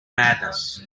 madness